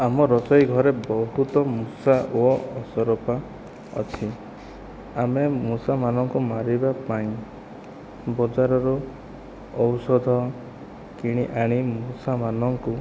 ଆମ ରୋଷେଇ ଘରେ ବହୁତ ମୂଷା ଓ ଅସରପା ଅଛି ଆମେ ମୂଷାମାନଙ୍କୁ ମାରିବା ପାଇଁ ବଜାରରୁ ଔଷଧ କିଣିଆଣି ମୂଷାମାନଙ୍କୁ